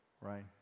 right